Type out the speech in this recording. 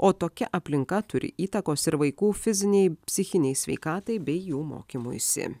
o tokia aplinka turi įtakos ir vaikų fizinei psichinei sveikatai bei jų mokymuisi